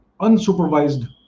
unsupervised